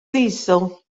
ddiesel